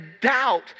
doubt